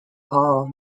all